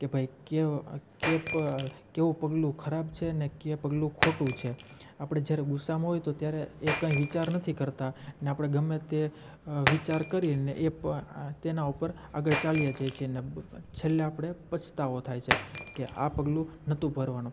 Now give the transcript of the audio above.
કે ભાઈ કેવું પગલું ખરાબ છે અને કે પગલું ખોટું છે આપણે જ્યારે ગુસ્સામાં હોય તો ત્યારે એ કંઈ વિચાર નથી કરતાં ને આપણે ગમે તે વિચાર કરીને એ તેના ઉપર આગળ ચાલ્યા જાય છીએ અને છેલ્લે આપણે પછતાવો થાય છે કે આ પગલું નહોતું ભરવાનું